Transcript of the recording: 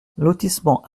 lotissement